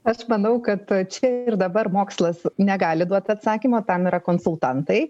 aš manau kad čia ir dabar mokslas negali duoti atsakymo tam yra konsultantai